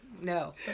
No